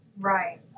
Right